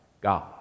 God